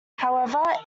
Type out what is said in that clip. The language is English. however